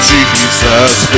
Jesus